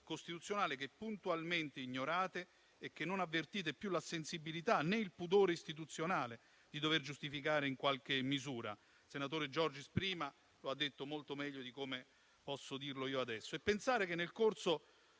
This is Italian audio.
costituzionale che puntualmente ignorate e che non avvertite più la sensibilità né il pudore istituzionale di dover giustificare in qualche misura. Il senatore Giorgis prima lo ha detto molto meglio di come possa dirlo io adesso. E pensare che nel corso